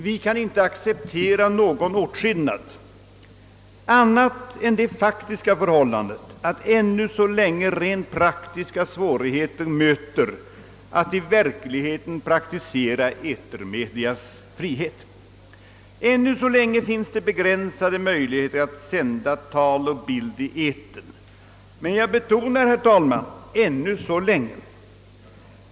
Vi kan inte acceptera någon åtskillnad annat än det faktiska förhållandet, att ännu så länge rent praktiska svårigheter möter att i verkligheten praktisera etermediernas frihet. ännu så länge finns det begränsade möjligheter att sända tal och bild i etern, men jag betonar, herr talman, ännu så länge.